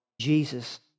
Jesus